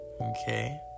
okay